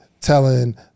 telling